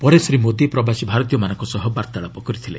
ପରେ ଶ୍ରୀ ମୋଦି ପ୍ରବାସୀ ଭାରତୀୟମାନଙ୍କ ସହ ବାର୍ତ୍ତାଳାପ କରିଥିଲେ